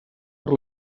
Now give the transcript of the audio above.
per